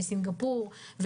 סינגפור,